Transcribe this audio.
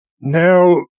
Now